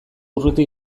urruti